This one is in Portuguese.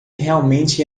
realmente